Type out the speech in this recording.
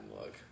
look